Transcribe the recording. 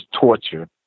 torture